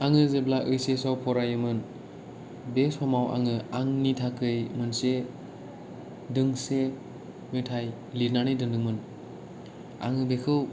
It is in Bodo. आङो जेब्ला ओइस एस आव फरायोमोन बे समाव आङो आंनि थाखाय मोनसे दोंसे मेथाइ लिरनानै दोन्दोंमोन आङो बेखौ